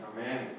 Amen